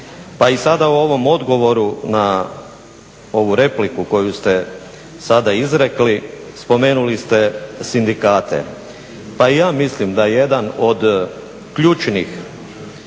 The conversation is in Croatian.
Pa i sada u ovom odgovoru na ovu repliku koju ste sada izrekli spomenuli ste sindikate. Pa i ja mislim da jedan od ključnih